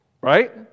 Right